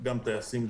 גם טייסים,